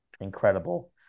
Incredible